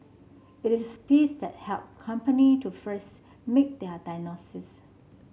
it is the piece that help company to first make their diagnosis